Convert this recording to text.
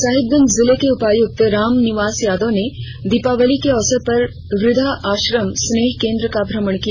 साहिबगंज जिले के उपायुक्त राम निवास यादव ने दीपावली के अवसर पर वृद्धा आश्रम स्नेह केंद्र का भ्रमण किया